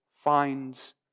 finds